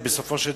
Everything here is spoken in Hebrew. בסופו של דבר,